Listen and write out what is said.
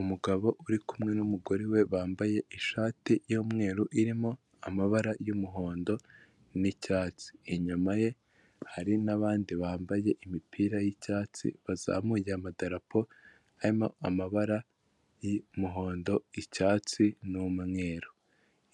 Umugabo uri kumwe n'umugore we bambaye ishati y'umweru irimo amabara y'umuhondo n'icyatsi, inyuma ye hari n'abandi bambaye imipira y'icyatsi bazamuye amadarapo harimo amabara: y'umuhondo, icyatsi n'umweru;